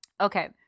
okay